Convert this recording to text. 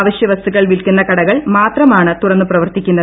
അവശ് വസ്തുക്കൾ വിൽക്കുന്ന കടകൾ മാത്രമാണ് തുറന്നു പ്രവർത്തിക്കുന്നത്